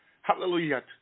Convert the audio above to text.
Hallelujah